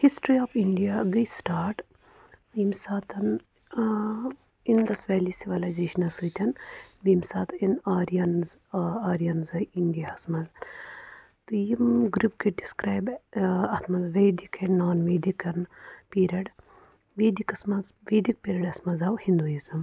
history of India گٔیہِ start اَمہِ ساتہٕ اِنٛدس ویلی سِولازیشنَس سٍتۍ بیٚیہِ ییٚمہِ ساتہٕ یِم آرینٛز آ آرینٛز آیہِ اِنٛڈیاہَس منٛز تہٕ یِم گرٛوٗپ گٔیہِ ڈِسکرایِب اَتھ منٛز ویٚدِک اینٛڈ نان ویٚدکن پیٖریڈ ویٚدکَس منٛز ویٚدِک پیٖریڈس منٛز آو ہِنٛدوٗاِزم